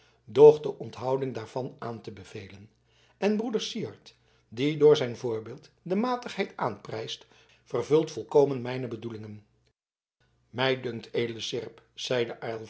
de onthouding daarvan aan te bevelen en broeder syard die door zijn voorbeeld de matigheid aanprijst vervult volkomen mijne bedoelingen mij dunkt edele seerp zeide